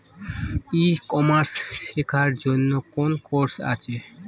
ই commerce শেক্ষার জন্য কোন কোর্স আছে?